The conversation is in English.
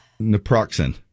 Naproxen